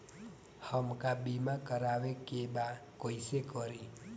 हमका बीमा करावे के बा कईसे करी?